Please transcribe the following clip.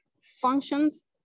functions